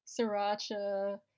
sriracha